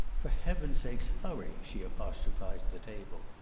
for heaven's sake, hurry! she apostrophized the table.